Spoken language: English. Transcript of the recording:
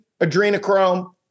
adrenochrome